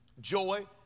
joy